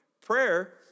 Prayer